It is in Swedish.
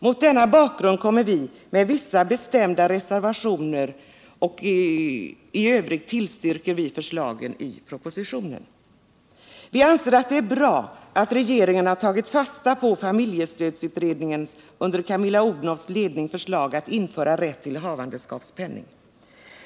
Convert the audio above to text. Mot denna bakgrund kommer vi, med vissa bestämda reservationer, att tillstyrka förslagen i propositionen. Vi anser att det är bra att regeringen har tagit fasta på familjestödsutredningens under Camilla Odhnoffs ledning förslag att införa rätt till havandeskapspenning.